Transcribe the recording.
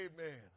Amen